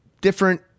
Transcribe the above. different